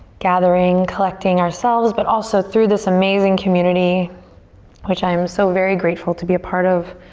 gathering, collecting ourselves but also through this amazing community which i am so very grateful to be a part of.